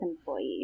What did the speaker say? employees